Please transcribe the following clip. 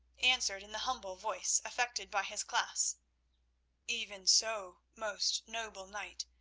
answered in the humble voice affected by his class even so, most noble knight.